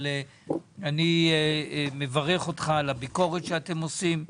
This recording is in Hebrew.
אבל אני מברך אותך על הביקורת שאתם עושים.